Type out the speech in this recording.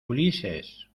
ulises